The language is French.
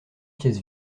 pièces